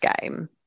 game